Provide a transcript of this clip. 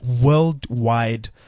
Worldwide